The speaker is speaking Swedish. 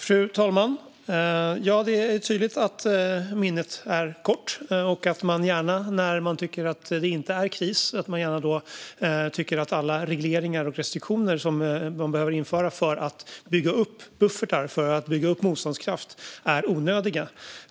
Fru talman! Det är tydligt att minnet är kort och att man gärna, när man inte tycker att det är kris, tycker att alla regleringar och restriktioner som behöver införas för att bygga upp buffertar för att bygga upp motståndskraft är onödiga.